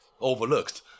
overlooked